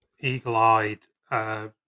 eagle-eyed